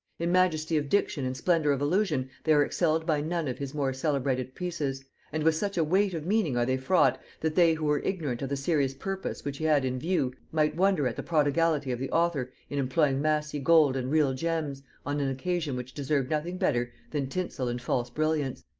in majesty of diction and splendor of allusion they are excelled by none of his more celebrated pieces and with such a weight of meaning are they fraught, that they who were ignorant of the serious purpose which he had in view might wonder at the prodigality of the author in employing massy gold and real gems on an occasion which deserved nothing better than tinsel and false brilliants.